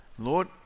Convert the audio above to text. Lord